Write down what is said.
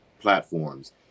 platforms